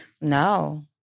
No